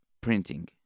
printing